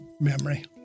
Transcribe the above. memory